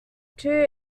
two